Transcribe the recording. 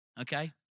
okay